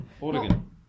Oregon